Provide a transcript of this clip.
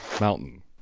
mountain